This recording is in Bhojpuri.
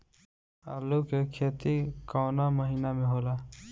आलू के खेती कवना महीना में होला?